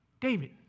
David